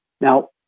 Now